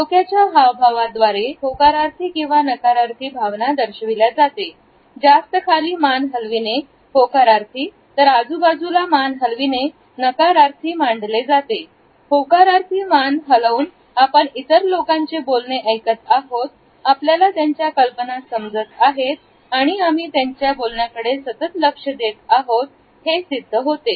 डोक्याच्या हावभाव द्वारे होकारार्थी किंवा नकारार्थी भावना दर्शविल्या जाते जास्त खाली मान हलविणे होकारार्थी तर आजूबाजूला मान हलविणे नकारार्थी मांडले जाते होकारार्थी मान हलवून आपण इतर लोकांचे बोलणे ऐकत आहोत आपल्याला त्यांच्या कल्पना समजत आहेत आणि आम्ही त्यांच्या बोलण्याकडे सतत लक्ष देत आहोत हे सिद्ध होते